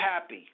happy